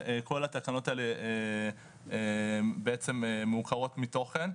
כל התקנות האלה בעצם מעוקרות מתוכן.